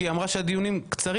כי היא אמרה שהדיונים קצרים,